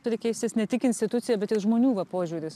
turi keistis ne tik institucija bet ir žmonių va požiūris